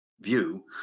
view